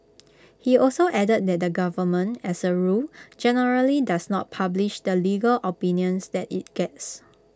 he also added that the government as A rule generally does not publish the legal opinions that IT gets